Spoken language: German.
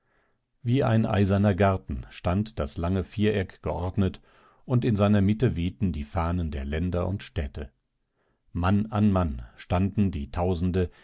wie ein eiserner garten stand das lange viereck geordnet und in seiner mitte wehten die fahnen der länder und städte mann an mann standen die tausende